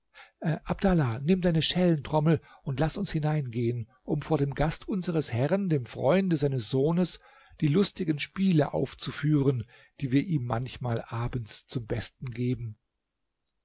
abdallah nimm deine schellentrommel und laß uns hineingehen um vor dem gast unseres herren dem freunde seines sohnes die lustigen spiele aufzuführen die wir ihm manchmal abends zum besten geben